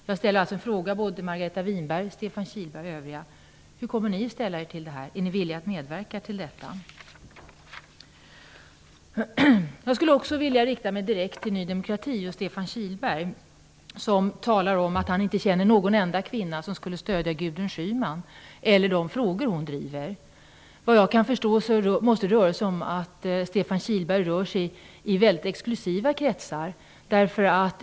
Jag ställer alltså min fråga till både Margareta Winberg, Stefan Kihlberg och övriga: Hur kommer ni att ställa er till det här? Är ni villiga att medverka till detta? Jag skulle också vilja rikta mig direkt till Ny demokrati och Stefan Kihlberg, som talar om att han inte känner någon enda kvinna som skulle stödja Gudrun Schyman eller de frågor hon driver. Vad jag kan förstå måste det bero på att Stefan Kihlberg rör sig i väldigt exklusiva kretsar.